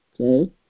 okay